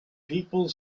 people